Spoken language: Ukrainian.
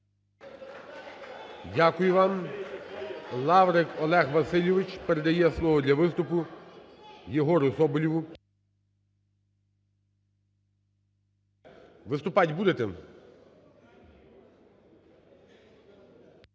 Дякую вам. Лаврик Олег Васильович, передає слово для виступу Єгору Соболєву. Виступати будете?